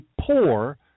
poor